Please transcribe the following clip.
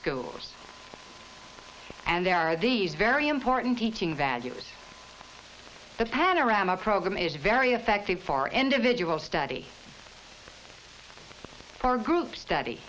schools and there are these very important teaching value the panorama program is very effective for individual study for group study